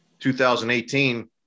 2018